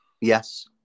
yes